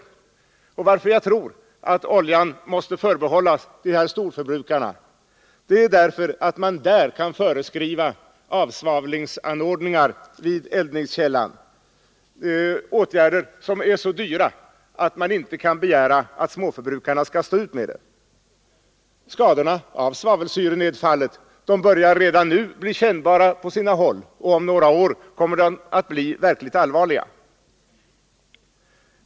Anledningen till att jag tror att oljan måste förbehållas storförbrukarna är att man där kan föreskriva avsvavlingsanordningar vid eldningskällan — åtgärder som är så dyra att man inte kan begära att småförbrukarna skall klara dem. Skadorna av svavelsyrenedfallet börjar redan nu bli kännbara på sina håll, och om några år kommer de att bli verkligt allvarliga.